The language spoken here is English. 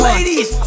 Ladies